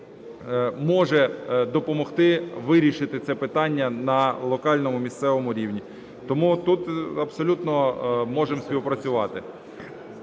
може допомогти вирішити це питання на локальному, місцевому рівні. Тому тут абсолютно можемо співпрацювати.